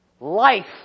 life